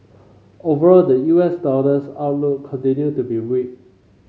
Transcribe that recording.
overall the U S dollar's outlook continued to be weak